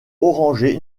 orangé